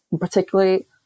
particularly